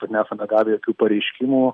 nesame gavę jokių pareiškimų